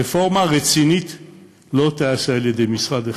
רפורמה רצינית לא תיעשה על-ידי משרד אחד,